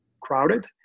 crowded